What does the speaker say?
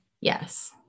Yes